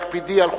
ובהקפידי על חוקה,